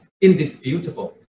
indisputable